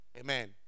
Amen